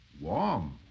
warm